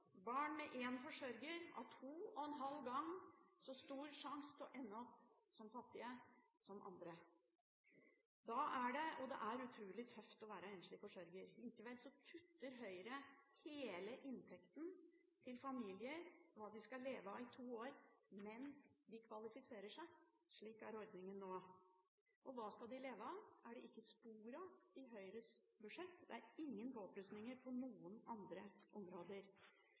Barn med én forsørger har to og en halv gang så stor sannsynlighet som andre for å ende opp som fattig. Det er utrolig tøft å være enslig forsørger. Likevel kutter Høyre hele inntekten til familier – det de skal leve av i to år mens de kvalifiserer seg. Slik er ordningen nå. Hva de så skal leve av, er det ikke spor av i Høyres budsjett. Det er ingen påplussinger på noen andre områder.